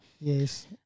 yes